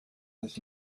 that